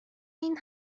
این